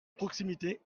proximité